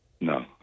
No